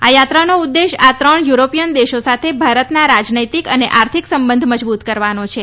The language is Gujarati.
આ યાત્રાનો ઉદ્દેશ્ય આ ત્રણ યુરોપીય દેશો સાથે ભારતના રાજનૈતિક અને આર્થિક સંબંધ મજબૂત કરવાનો છે